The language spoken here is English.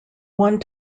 one